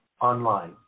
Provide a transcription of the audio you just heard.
online